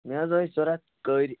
مےٚ حظ ٲسۍ ضۄرت کٔرۍ